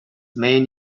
main